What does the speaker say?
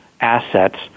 assets